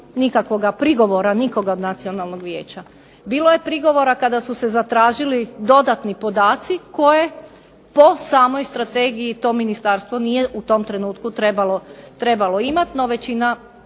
nikakvoga prigovora nikoga od nacionalnog vijeća. Bilo je prigovora kada su se zatražili dodatni podaci koje po samoj strategiji to ministarstvo nije u tom trenutku trebalo imati, no većina